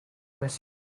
message